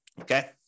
okay